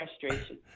frustration